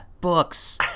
books